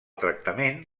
tractament